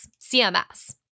CMS